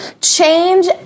change